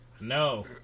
No